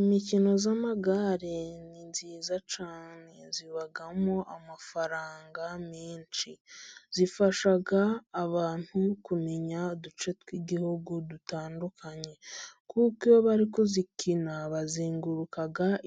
Imikino y'amagare ni myiza cyane, ibamo amafaranga menshi. Ifasha abantu kumenya uduce tw'igihugu dutandukanye, kuko iyo bari kuyikina bazenguruka